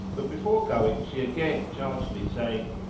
but before going she again charged me saying,